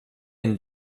him